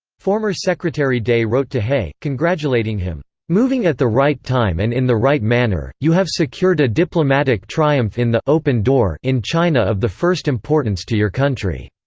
former secretary day wrote to hay, congratulating him, moving at the right time and in the right manner, you have secured a diplomatic triumph in the open door in china of the first importance to your country.